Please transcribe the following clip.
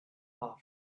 far